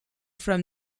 from